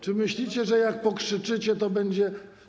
Czy myślicie, że jak pokrzyczycie, to będzie.